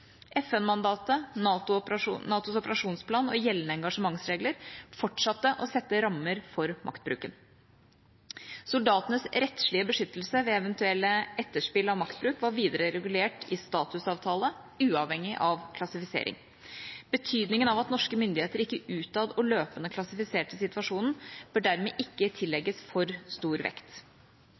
NATOs operasjonsplan og gjeldende engasjementsregler fortsatte å sette rammer for maktbruken. Soldatenes rettslige beskyttelse ved eventuelle etterspill av maktbruk var videre regulert i statusavtale, uavhengig av klassifisering. Betydningen av at norske myndigheter ikke utad og løpende klassifiserte situasjonen, bør dermed ikke tillegges for stor vekt.